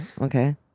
Okay